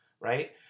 Right